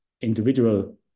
individual